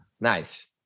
Nice